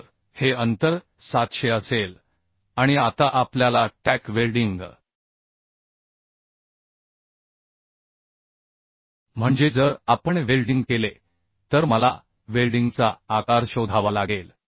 तर हे अंतर 700 असेल आणि आता आपल्याला टॅक वेल्डिंग म्हणजे जर आपण वेल्डिंग केले तर मला वेल्डिंगचा आकार शोधावा लागेल